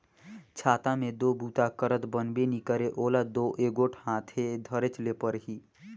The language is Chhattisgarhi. छाता मे दो बूता करत बनबे नी करे ओला दो एगोट हाथे धरेच ले परही